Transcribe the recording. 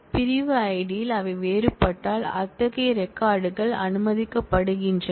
பிரிவு ஐடியில் அவை வேறுபட்டால் அத்தகைய ரெக்கார்ட் கள் அனுமதிக்கப்படுகின்றன